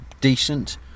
decent